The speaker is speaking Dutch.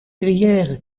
gruyère